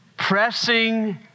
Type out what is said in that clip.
Pressing